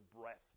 breath